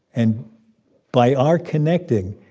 and by our connecting,